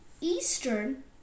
eastern